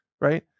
right